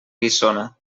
guissona